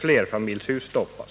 flerfamiljshus stoppas.